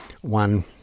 one